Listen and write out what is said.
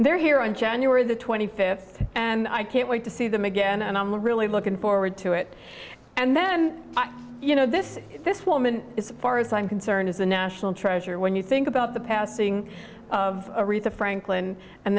they're here on january the twenty fifth and i can't wait to see them again and i'm really looking forward to it and then you know this this woman is far as i'm concerned is the national treasure when you think about the passing of a wreath of franklin and